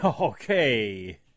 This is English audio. Okay